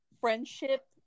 Friendship